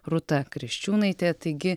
rūta kriščiūnaitė taigi